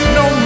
no